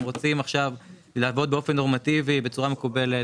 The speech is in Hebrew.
הם רוצים עכשיו לעבוד באופן נורמטיבי בצורה מקובלת,